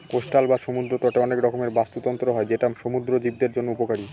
coastal বা সমুদ্র তটে অনেক রকমের বাস্তুতন্ত্র হয় যেটা সমুদ্র জীবদের জন্য উপকারী